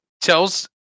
tells